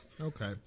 Okay